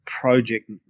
project